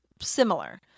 Similar